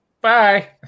Bye